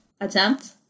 attempt